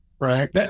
right